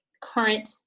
current